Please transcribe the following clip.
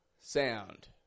sound